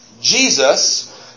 Jesus